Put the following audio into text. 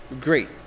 Great